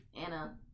Anna